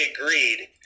agreed